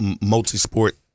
multi-sport